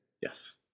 Yes